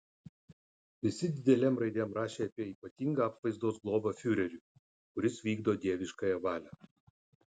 visi didelėm raidėm rašė apie ypatingą apvaizdos globą fiureriui kuris vykdo dieviškąją valią